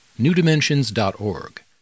newdimensions.org